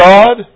God